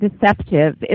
deceptive